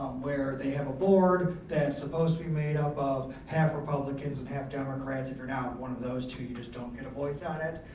where they have a board that's supposed to be made up of half republicans and half democrats. if you're not one of those two, you just don't get a voice out on it.